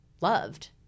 loved